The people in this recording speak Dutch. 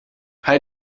hij